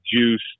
juice